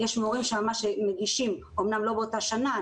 יש מורים שממש מגישים אמנם לא באותה שנה,